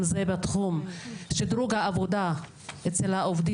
אם זה בתחום שדרוג העבודה אצל העובדים